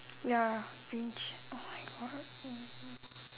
ya fringe oh my God